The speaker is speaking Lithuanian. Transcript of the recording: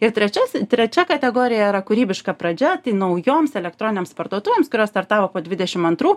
ir trečias trečia kategorija yra kūrybiška pradžia tai naujoms elektroninėms parduotuvėms kurios startavo po dvidešim antrų